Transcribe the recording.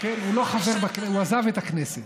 הוא עזב את הכנסת.